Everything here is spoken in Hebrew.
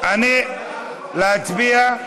להצביע?